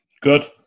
Good